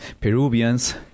Peruvians